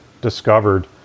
discovered